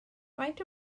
faint